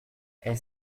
est